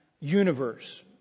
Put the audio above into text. universe